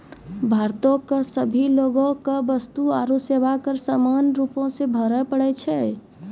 भारतो के सभे लोगो के वस्तु आरु सेवा कर समान रूपो से भरे पड़ै छै